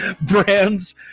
Brands